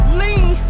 lean